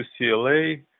UCLA